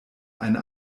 eine